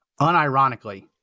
unironically